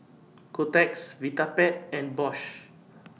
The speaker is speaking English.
Kotex Vitapet and Bosch